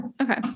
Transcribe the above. Okay